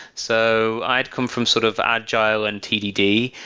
so i come from sort of agile and tdd,